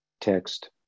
text